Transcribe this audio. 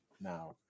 Now